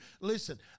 Listen